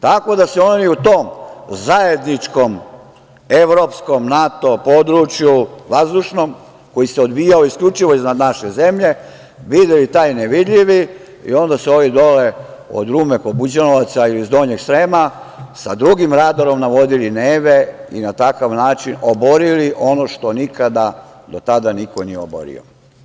Tako da su oni u tom zajedničkom evropskom NATO području vazdušnom, koji se odvijao isključivo iznad naše zemlje, videli taj nevidljivi i onda su ovi dole od Rume, Buđanovaca, iz Donjeg Srema sa drugim radarom navodili „Neve“ i na takav način oborili ono što nikada do tada niko nije oborio.